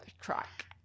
track